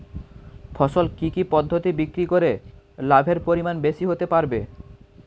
ফসল কি কি পদ্ধতি বিক্রি করে লাভের পরিমাণ বেশি হতে পারবে?